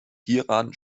hieran